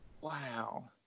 Wow